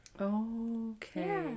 Okay